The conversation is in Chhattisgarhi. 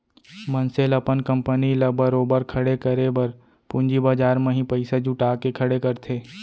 मनसे ल अपन कंपनी ल बरोबर खड़े करे बर पूंजी बजार म ही पइसा जुटा के खड़े करथे